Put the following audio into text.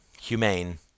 humane